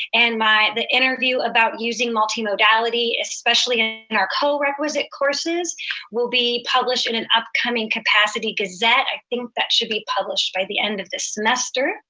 and the interview about using multimodality, especially in our co-requisite courses will be published in an upcoming capacity gazette. i think that should be published by the end of this semester,